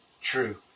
true